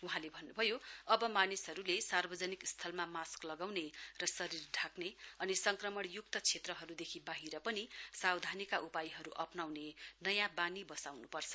वहाँले भन्नु भयो अब मानिसहरूले सार्वजनिक स्थलमा मास्क लगाउने र शरीर ढाक्ने अनि संक्रमणयुक्त क्षेत्रहरूदेखि बाहिर पनि सावधानीका उपायहरू अप्नाउने नयाँ वानी बसाउन्पर्छ